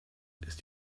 ist